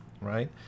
right